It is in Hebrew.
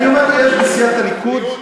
ואני אומר: יש בסיעת הליכוד,